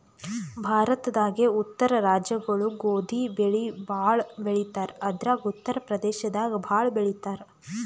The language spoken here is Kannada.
ಭಾರತದಾಗೇ ಉತ್ತರ ರಾಜ್ಯಗೊಳು ಗೋಧಿ ಬೆಳಿ ಭಾಳ್ ಬೆಳಿತಾರ್ ಅದ್ರಾಗ ಉತ್ತರ್ ಪ್ರದೇಶದಾಗ್ ಭಾಳ್ ಬೆಳಿತಾರ್